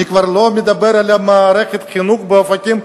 אני כבר לא מדבר על מערכת החינוך באופקים,